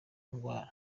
ngwara